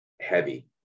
heavy